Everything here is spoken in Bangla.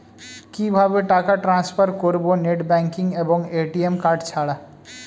কিভাবে টাকা টান্সফার করব নেট ব্যাংকিং এবং এ.টি.এম কার্ড ছাড়া?